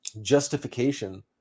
justification